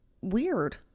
weird